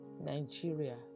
Nigeria